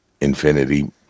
infinity